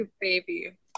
baby